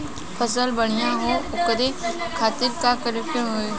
फसल बढ़ियां हो ओकरे खातिर का करे के होई?